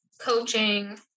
coaching